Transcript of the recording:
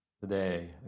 today